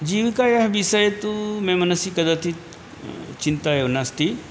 जीविकायाः विषये तु मे मनसि कदाचित् चिन्ता एव नास्ति